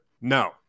no